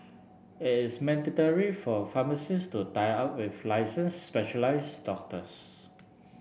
it is mandatory for pharmacies to tie up with licenced specialized doctors